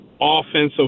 offensive